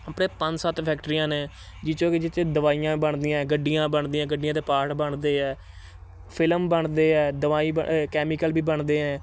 ਆਪਣੇ ਪੰਜ ਸੱਤ ਫੈਕਟਰੀਆਂ ਨੇ ਜਿਹ 'ਚੋਂ ਕਿ ਜਿਹ 'ਚ ਦਵਾਈਆਂ ਬਣਦੀਆਂ ਗੱਡੀਆਂ ਬਣਦੀਆਂ ਗੱਡੀਆਂ ਦੇ ਪਾਰਟ ਬਣਦੇ ਹੈ ਫਿਲਮ ਬਣਦੇ ਹੈ ਦਵਾਈ ਬ ਕੈਮੀਕਲ ਵੀ ਬਣਦੇ ਐਂ